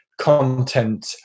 content